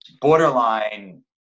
borderline